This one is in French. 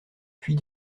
puis